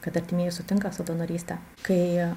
kad artimieji sutinka su donoryste kai